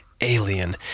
alien